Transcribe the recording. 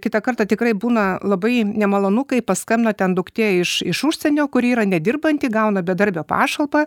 kitą kartą tikrai būna labai nemalonu kai paskambina ten duktė iš iš užsienio kuri yra nedirbanti gauna bedarbio pašalpą